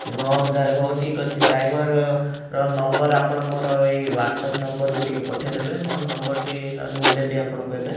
ନଅହଜାର ହେଉ ଠିକ୍ ଅଛି ଡ୍ରାଇଭରର ନମ୍ବର୍ ଆପଣ ମୋର ଏଇ ୱ୍ହାଟ୍ସଆପ୍ ନମ୍ବର୍କୁ ଟିକିଏ ପଠେଇଦେବେ ମୋ ନମ୍ବର୍ଟି ନହେଲେ ମୁଁ ଦେବି ଆପଣଙ୍କୁ ଏବେ